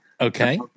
okay